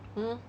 mm